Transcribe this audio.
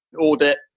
audit